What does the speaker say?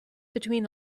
between